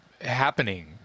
happening